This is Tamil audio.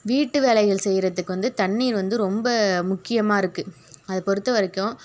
வீட்டு வேலைகள் செய்யுறதுக்கு வந்து தண்ணீர் வந்து ரொம்ப முக்கியமாக இருக்கு அதை பொறுத்த வரைக்கும்